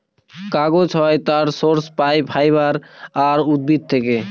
কাগজ হয় তার সোর্স পাই ফাইবার আর উদ্ভিদ থেকে